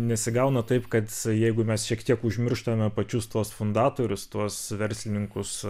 nesigauna taip kad jeigu mes šiek tiek užmirštame pačius tuos fundatorius tuos verslininkus